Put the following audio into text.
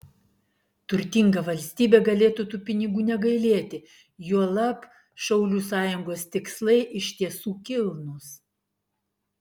turtinga valstybė galėtų tų pinigų negailėti juolab šaulių sąjungos tikslai iš tiesų kilnūs